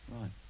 Right